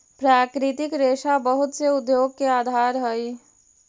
प्राकृतिक रेशा बहुत से उद्योग के आधार हई